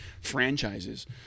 franchises